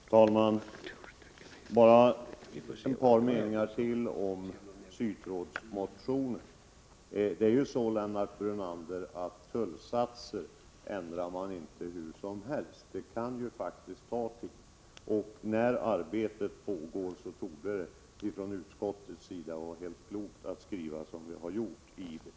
Herr talman! Bara ett par meningar till om sytrådsmotionen. Tullsatser, Lennart Brunander, ändrar man inte hur som helst. Det kan faktiskt ta tid. När arbetet pågår torde det vara klokt av utskottet att skriva som vi har gjort i betänkandet.